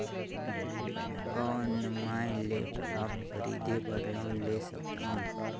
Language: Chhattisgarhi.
कौन मैं लेपटॉप खरीदे बर लोन ले सकथव?